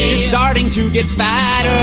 starting to get bad